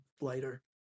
lighter